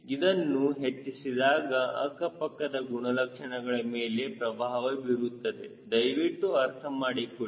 ಇದನ್ನು ಹೆಚ್ಚಿಸಿದಾಗ ಅಕ್ಕಪಕ್ಕದ ಗುಣಲಕ್ಷಣಗಳ ಮೇಲೆ ಪ್ರಭಾವ ಬೀರುತ್ತದೆ ದಯವಿಟ್ಟು ಅರ್ಥ ಮಾಡಿಕೊಳ್ಳಿ